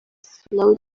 slow